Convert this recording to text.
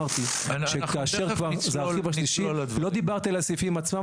אמרתי שכאשר כבר לא דיברתי על הסעיפים עצמם,